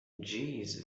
jeez